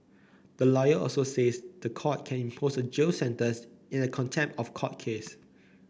the lawyer also says the court can impose a jail sentence in a contempt of court case